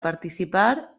participar